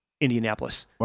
Indianapolis